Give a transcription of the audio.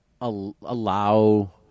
allow